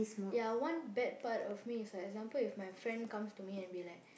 ya one bad part of me it's like example if my friend comes to me and be like